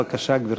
בבקשה, גברתי.